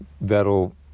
that'll